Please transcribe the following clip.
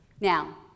Now